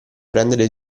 prendere